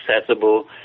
accessible